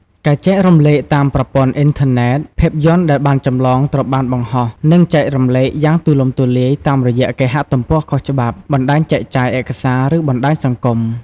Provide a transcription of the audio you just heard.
ការចែករំលែកតាមប្រព័ន្ធអ៊ីនធឺណិត ភាពយន្តដែលបានចម្លងត្រូវបានបង្ហោះ និងចែករំលែកយ៉ាងទូលំទូលាយតាមរយៈគេហទំព័រខុសច្បាប់ បណ្តាញចែកចាយឯកសារ ឬបណ្តាញសង្គម។